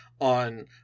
on